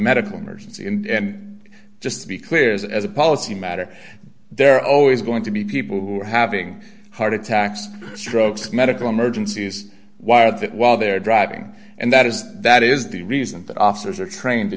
medical emergency and just to be clear is as a policy matter they're always going to be people who are having heart attacks strokes medical emergencies wired that while they're driving and that is that is the reason that officers are trained to